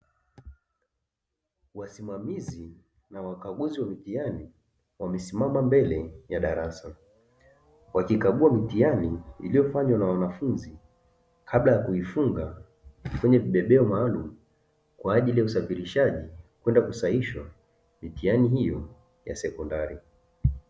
Wasimamizi na wakaguzi wa mitihani wamesimama mbele ya darasa, wakikagua mitihani iliyofanywa na wanafunzi kabla ya kuifunga kwenye vibebeo maalumu kwa ajili ya usafirishaji kwenda kusafishwa mitihani hiyo ya sekondari.